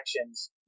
actions